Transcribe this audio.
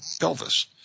pelvis